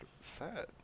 sad